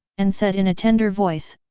and said in a tender voice,